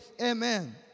amen